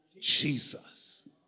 Jesus